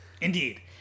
indeed